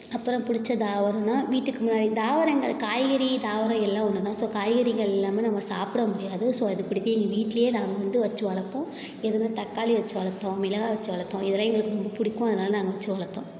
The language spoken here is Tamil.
அப்புறம் பிடிச்ச தாவரம்ன்னா வீட்டுக்கு முன்னாடி தாவரங்கள் காய்கறி தாவரம் எல்லாம் ஒன்று தான் ஸோ காய்கறிகள் இல்லாமல் நம்ம சாப்பிட முடியாது ஸோ அது பிடிக்கும் எங்கள் வீட்லேயே நாங்கள் வந்து வெச்சி வளர்ப்போம் எதுன்னா தக்காளி வெச்சி வளர்த்தோம் மிளகாய் வெச்சி வளர்த்தோம் இதெல்லாம் எங்களுக்கு ரொம்ப பிடிக்கும் அதனால் நாங்கள் வெச்சி வளர்த்தோம்